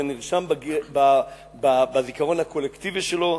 זה נרשם בזיכרון הקולקטיבי שלו.